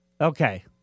Okay